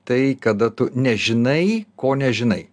tai kada tu nežinai ko nežinai